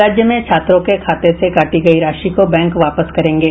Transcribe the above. राज्य में छात्रों के खाते से काटी गई राशि को बैंक वापस करेंगे